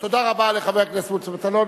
תודה רבה לחבר הכנסת מוץ מטלון.